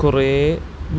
കുറേ വിഭവങ്ങൾ കേരളത്തിലുണ്ട്